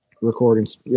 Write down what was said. recordings